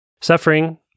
Suffering